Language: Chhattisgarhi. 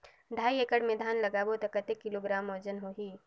ढाई एकड़ मे धान लगाबो त कतेक किलोग्राम वजन होही?